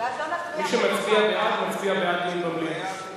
מי שמצביע בעד, מצביע בעד דיון במליאה.